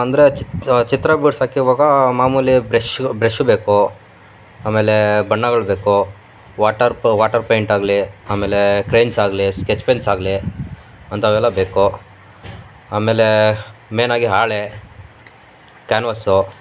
ಅಂದರೆ ಚಿತ್ರ ಚಿತ್ರ ಬಿಡ್ಸಕ್ಕೆ ಇವಾಗ ಮಾಮೂಲಿ ಬ್ರೆಷ್ಷು ಬ್ರೆಷ್ಷು ಬೇಕು ಆಮೇಲೆ ಬಣ್ಣಗಳು ಬೇಕು ವಾಟರ್ ಪ ವಾಟರ್ ಪೇಂಯ್ಟಾಗಲಿ ಆಮೇಲೆ ಕ್ರೈನ್ಸಾಗಲಿ ಸ್ಕೆಚ್ ಪೆನ್ಸಾಗಲಿ ಅಂಥವೆಲ್ಲ ಬೇಕು ಆಮೇಲೆ ಮೇನಾಗಿ ಹಾಳೆ ಕ್ಯಾನ್ವಸ್ಸು